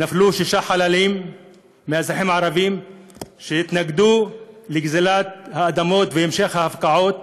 נפלו שישה חללים מהאזרחים הערבים שהתנגדו לגזלת האדמות ולהמשך ההפקעות